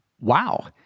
wow